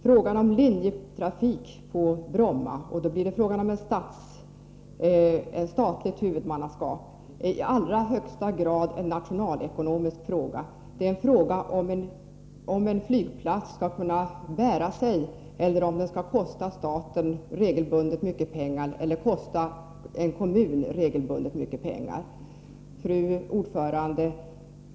Frågan om linjetrafik på Bromma — och då ett statligt huvudmannaskap — är i allra högsta grad en nationalekonomisk fråga. Det är en fråga om att en flygplats skall kunna bära sig eller om den regelbundet skall gå med underskott och kosta stat och kommun mycket pengar. Fru talman!